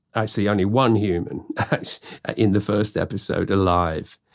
actually only one human in the first episode alive.